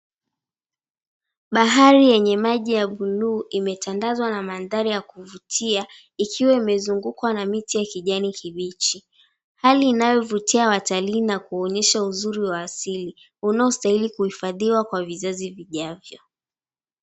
Bahari yenye maji ya bluu imetandazwa na manthari ya kuvutia ikiwa imezungukwa na miti ya kijani ya kibichi, hali inayovutia watali na kuonesha uzuri wa asili unaostahili kuhifadihiwa kwa vizazi vijavyo.